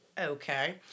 Okay